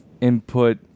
input